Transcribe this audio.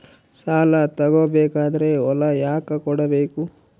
ಸಾಲ ತಗೋ ಬೇಕಾದ್ರೆ ಹೊಲ ಯಾಕ ಕೊಡಬೇಕು?